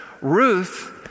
Ruth